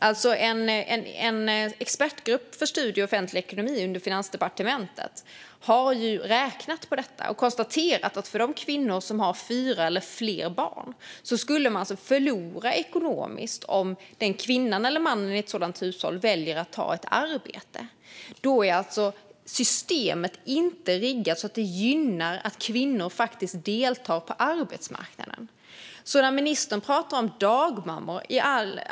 En expertgrupp för studier i offentlig ekonomi under Finansdepartementet har räknat på detta och konstaterat att de kvinnor som har fyra eller fler barn skulle förlora ekonomiskt om kvinnan eller mannen i hushållet väljer att ta ett arbete. Då är inte systemet riggat så att det gynnar att kvinnor deltar på arbetsmarknaden. Ministern pratar om dagmammor.